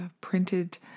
printed